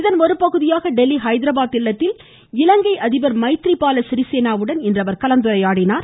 இதன் ஒருபகுதியாக டெல்லி ஹைதராபாத் இல்லத்தில் இலங்கை அதிபர் மைத்ரிப்பால சிரிசேனாவுடன் இன்று அவர் கலந்துரையாடினார்